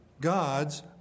God's